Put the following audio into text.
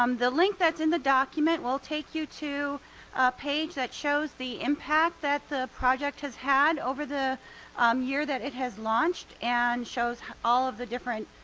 um the link that's in the document will take you to a page that shows the impact that the project has had over the um year that it has launched and shows all of the different